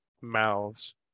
mouths